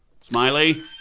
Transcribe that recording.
Smiley